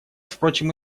впрочем